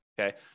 okay